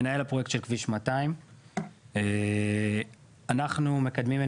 מנהל הפרויקט של כביש 200. אנחנו מקדמים את